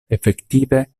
efektive